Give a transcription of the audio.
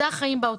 אלה החיים בעוטף.